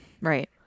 Right